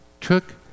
took